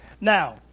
now